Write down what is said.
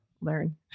learn